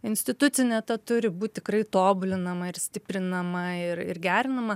institucinė ta turi būt tikrai tobulinama ir stiprinama ir ir gerinama